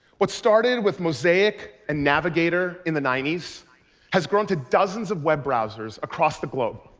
what started with mosaic and navigator in the ninety s has grown to dozens of web browsers across the globe,